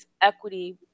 equity